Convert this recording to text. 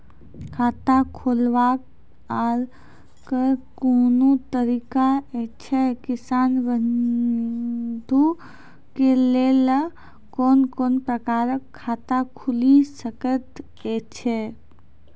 खाता खोलवाक आर कूनू तरीका ऐछि, किसान बंधु के लेल कून कून प्रकारक खाता खूलि सकैत ऐछि?